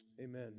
amen